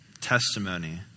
testimony